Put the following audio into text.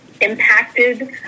impacted